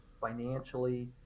financially